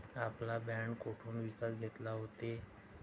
आपण बाँड कोठून विकत घेतले होते?